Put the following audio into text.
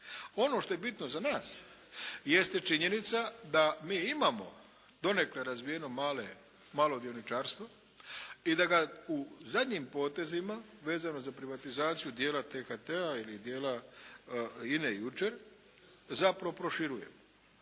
Ono što je bitno za nas, jeste činjenica da mi imamo donekle razvijeno malo dioničarstvo i da ga u zadnjim potezima vezano za privatizaciju dijela THT-a ili dijela Ine jučer, zapravo proširujemo.